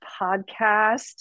podcast